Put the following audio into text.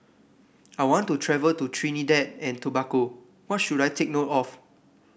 I want to travel to Trinidad and Tobago what should I take note of